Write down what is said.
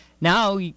now